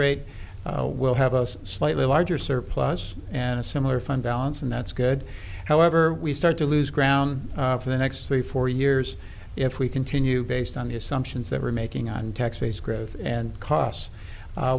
rate we'll have a slightly larger surplus and a similar fund balance and that's good however we start to lose ground for the next three four years if we continue based on the assumptions that we're making on